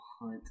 hunt